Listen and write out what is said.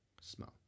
Smell